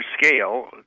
scale